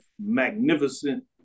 magnificent